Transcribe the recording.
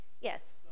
Yes